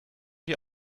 wir